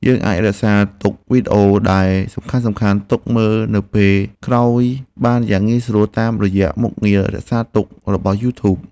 យើងអាចរក្សាទុកវីដេអូដែលសំខាន់ៗទុកមើលនៅពេលក្រោយបានយ៉ាងងាយស្រួលតាមរយៈមុខងាររក្សាទុករបស់យូធូប។